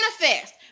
manifest